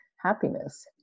happiness